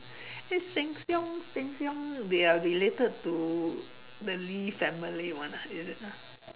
is Shieng-Siong Shieng-Siong they are related to the Lee family [one] ah is it ah